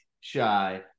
shy